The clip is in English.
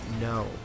no